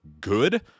good